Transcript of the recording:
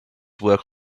work